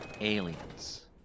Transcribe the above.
aliens